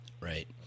right